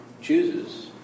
chooses